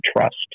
trust